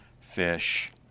fish